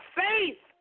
faith